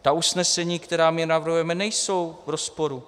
Ta usnesení, která my navrhujeme, nejsou v rozporu.